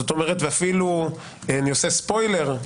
ואפילו אני עושה ספוילר,